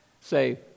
Say